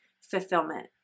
fulfillment